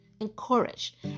encourage